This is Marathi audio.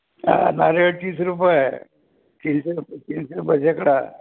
हां नारळ तीस रुपये आहे तीनशे रुपये तीनशे रुपये शेकडा